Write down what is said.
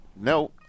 No